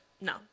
no